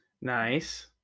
Nice